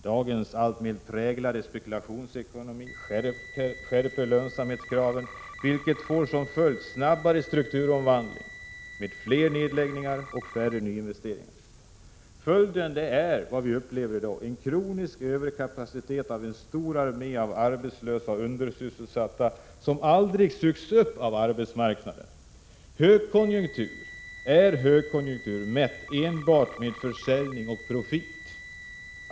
Dagens alltmer utpräglade spekulationsekonomi skärper lönsamhetskraven, vilket får som följd snabbare strukturomvandling med fler nedläggningar och färre nyinvesteringar. Följden är det som vi upplever i dag: en kronisk överkapacitet av en stor armé av arbetslösa och undersysselsatta som aldrig sugs upp av arbetsmarknaden. Högkonjunktur är högkonjunktur mätt enbart med försäljning och profit.